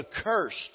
accursed